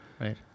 Right